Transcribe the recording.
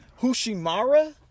Hushimara